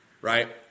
right